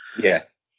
Yes